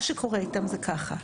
מה שקורה איתם זה ככה,